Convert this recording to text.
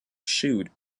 shoot